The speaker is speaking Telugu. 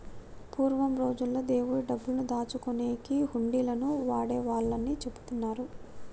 పూర్వం రోజుల్లో దేవుడి డబ్బులు దాచుకునేకి హుండీలను వాడేవాళ్ళని చెబుతున్నరు